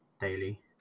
daily